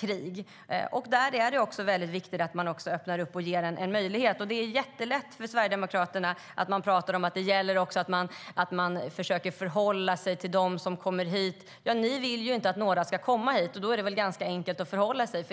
krig. Då är det viktigt att vi ger dem möjligheten att komma hit. Det är lätt för Sverigedemokraterna att säga att man ska försöka förhålla sig till dem som kommer hit. De vill ju inte att några ska komma hit, och då är det väl ganska enkelt att förhålla sig till det.